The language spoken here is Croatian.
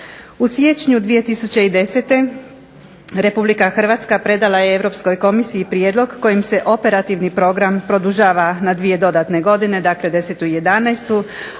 U siječnju 2010. RH predala je Europskoj komisiji prijedlog kojim se operativni program produžava na 2 dodatne godine, dakle 2010. i 2011.,